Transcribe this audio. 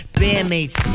bandmates